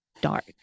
dark